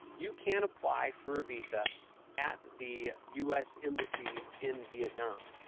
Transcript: you can apply for a visa at the u s. embassy in vietnam,